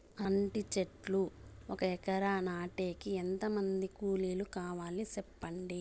అంటి చెట్లు ఒక ఎకరా నాటేకి ఎంత మంది కూలీలు కావాలి? సెప్పండి?